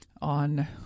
on